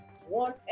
One